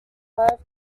five